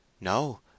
No